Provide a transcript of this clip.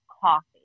coffee